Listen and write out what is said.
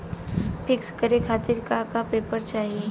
पिक्कस करे खातिर का का पेपर चाही?